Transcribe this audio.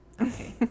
okay